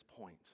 point